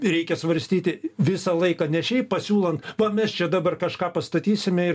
reikia svarstyti visą laiką ne šiaip pasiūlant va mes čia dabar kažką pastatysime ir